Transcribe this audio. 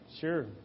Sure